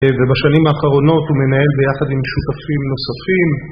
ובשנים האחרונות הוא מנהל ביחד עם שותפים נוספים,